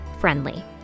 friendly